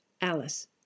Alice